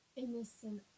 innocent